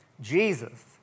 Jesus